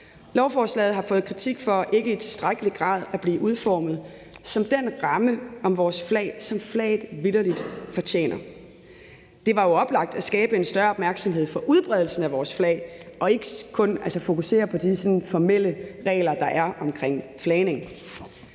Lovforslaget har fået kritik for ikke i tilstrækkelig grad at blive udformet som den ramme om vores flag, som flaget vitterlig fortjener. Det var jo oplagt at skabe en større opmærksomhed om udbredelsen af vores flag og ikke kun fokusere på de sådan formelle regler, der er om flagning.